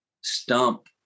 stump